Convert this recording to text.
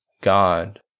God